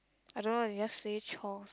I don't know they just say chore